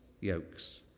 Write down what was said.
yokes